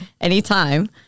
anytime